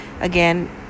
again